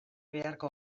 beharko